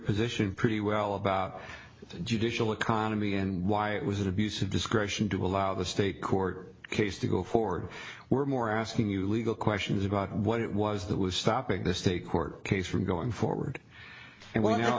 position pretty well about judicial economy and why it was an abuse of discretion to allow the state court case to go forward were more asking you legal question it is about what it was that was stopping the state court case from going forward